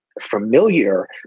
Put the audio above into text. familiar